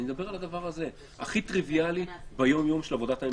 זה הכי טריוויאלי ביומיום של עבודת הממשלה.